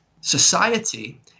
society